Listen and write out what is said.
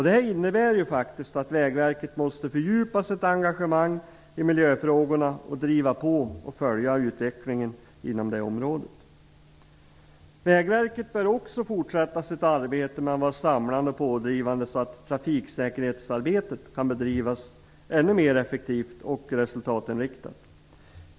Det innebär faktiskt att Vägverket måste fördjupa sitt engagemang i miljöfrågorna samt driva på och följa utvecklingen inom området. Vägverket bör också fortsätta sitt arbete med att vara samlande och pådrivande så att trafiksäkerhetsarbetet kan bedrivas ännu effektivare och ännu mera resultatinriktat.